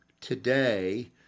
today